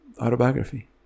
autobiography